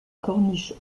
corniche